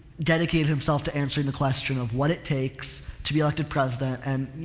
dedicated himself to answering the question of what it takes to be elected president and, you